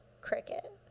cricket